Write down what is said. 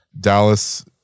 Dallas –